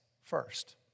first